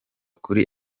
kuri